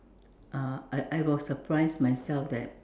uh I I was surprised myself that